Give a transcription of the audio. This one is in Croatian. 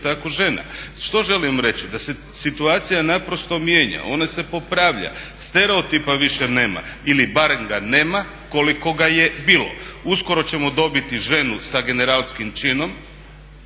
tako žena. Što želim reći? Da se situacija naprosto mijenja, ona se popravlja, stereotipa više nema ili barem ga nema koliko ga je bilo. Uskoro ćemo dobiti ženu sa generalskim činom, ili